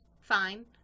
fine